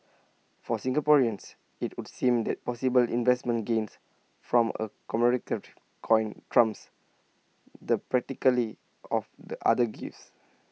for Singaporeans IT would seem that possible investment gains from A commemorative coin trumps the practically of the other gifts